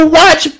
watch